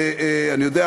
אני יודע?